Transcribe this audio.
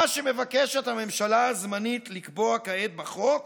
מה שמבקשת הממשלה הזמנית לקבוע כעת בחוק